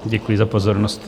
Děkuji za pozornost.